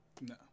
No